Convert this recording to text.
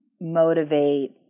motivate